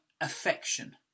affection